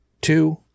two